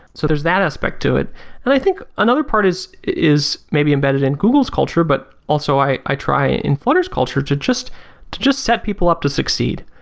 so there is that aspect to it and i think another part is is maybe embedded in google's culture but also i i try in flutter s culture to just to just set people up to succeed.